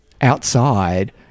outside